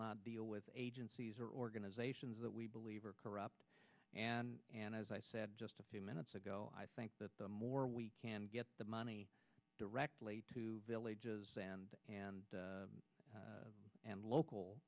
not deal with agencies or organizations that we believe are corrupt and and as i said just a few minutes ago i think that the more we can get the money directly to villages and and